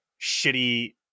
shitty